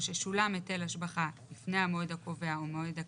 ששולם היטל השבחה לפני המועד הקובע או מועד הקביעה,